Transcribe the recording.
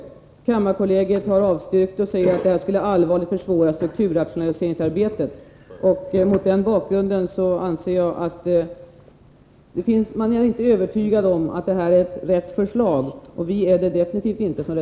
Kammarkollegiet har avstyrkt och skriver att ett genomförande av förslaget allvarligt skulle försvåra strukturrationaliseringsarbetet. Mot denna bakgrund anser jag att man inte är övertygad om att förslaget är bra. Reservanterna är det absolut inte.